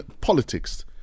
politics